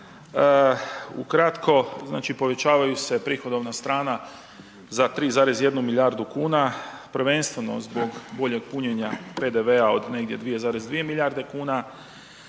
Ukratko, znači povećavaju se prihodovna strana za 3,1 milijardu kuna prvenstveno zbog boljeg punjenja PDV-a od negdje 2,2 milijarde kuna.